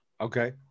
Okay